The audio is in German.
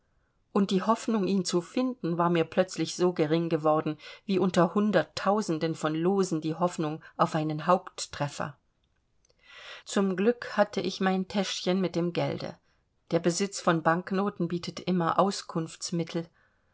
und die hoffnung ihn zu finden war mir plötzlich so gering geworden wie unter hunderttausenden von losen die hoffnung auf einen haupttreffer zum glück hatte ich mein täschchen mit dem gelde der besitz von banknoten bietet immer